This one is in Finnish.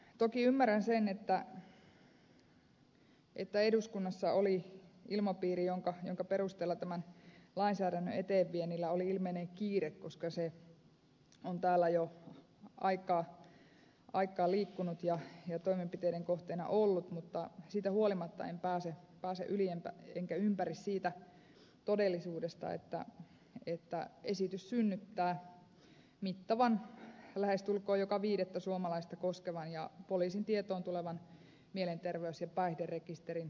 toki ymmärrän sen että eduskunnassa oli ilmapiiri jonka perusteella tämän lainsäädännön eteenpäinviennillä oli ilmeinen kiire koska se on täällä jo aikaa liikkunut ja toimenpiteiden kohteena ollut mutta siitä huolimatta en pääse yli enkä ympäri siitä todellisuudesta että esitys synnyttää mittavan lähestulkoon joka viidettä suomalaista koskevan ja poliisin tietoon tulevan mielenterveys ja päihderekisterin